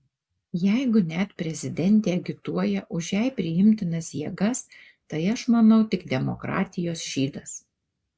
jeigu net prezidentė agituoja už jai priimtinas jėgas tai aš manau tik demokratijos šydas